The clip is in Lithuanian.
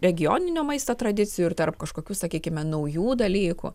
regioninio maisto tradicijų ir tarp kažkokių sakykime naujų dalykų